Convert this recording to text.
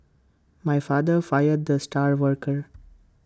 my father fired the star worker